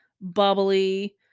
bubbly